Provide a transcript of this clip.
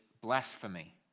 blasphemy